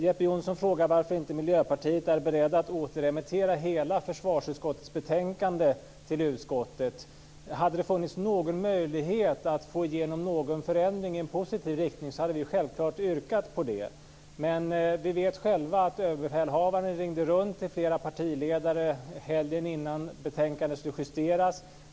Jeppe Johnsson frågade varför vi i Miljöpartiet inte är beredda att återremittera hela försvarsutskottets betänkande till utskottet. Om det hade funnits någon möjlighet att få igenom en förändring i positiv riktning hade vi självfallet yrkat på det. Men vi vet själva att överbefälhavaren ringde runt till flera partiledaren helgen innan betänkandet skulle justeras.